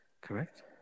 correct